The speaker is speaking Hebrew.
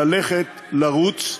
ללכת, לרוץ,